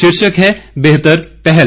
शीर्षक है बेहतर पहल